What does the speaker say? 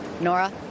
Nora